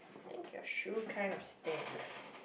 think your shoe kind of stinks